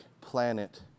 planet